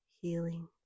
healing